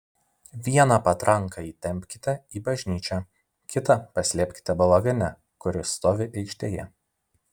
vieną patranką įtempkite į bažnyčią kitą paslėpkite balagane kuris stovi aikštėje